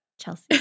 Chelsea